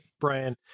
Brian